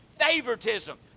favoritism